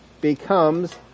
becomes